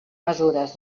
mesures